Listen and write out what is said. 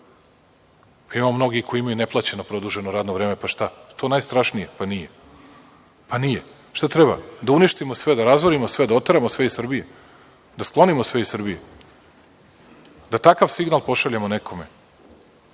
je. Ima mnogih koji imaju neplaćeno produženo radno vreme, pa šta? Da li je to najstrašnije? Pa nije, pa nije. Šta treba? Da uništimo sve, da razorimo sve, da oteramo sve iz Srbije, da sklonimo sve iz Srbije, da takav signal pošaljemo nekome.